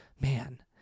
man